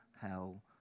hell